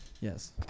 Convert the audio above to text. Yes